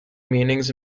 meanings